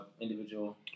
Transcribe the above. individual